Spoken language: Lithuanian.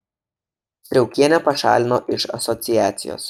striaukienę pašalino iš asociacijos